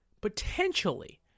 potentially